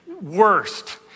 worst